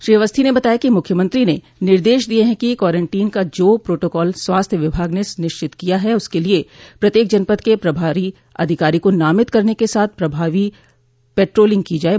श्री अवस्थी ने बताया कि मुख्यमंत्री ने निर्देश दिये हैं कि क्वारेंटीन का जो प्रोटोकाल स्वास्थ्य विभाग ने निश्चित किया है उसके लिये प्रत्येक जनपद के प्रभारी अधिकारी को नामित करने के साथ प्रभावी पेट्रोलिंग की जाये